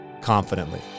confidently